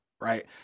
Right